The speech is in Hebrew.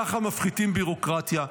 ככה מפחיתים ביורוקרטיה.